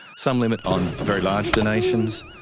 some limit on very large donations,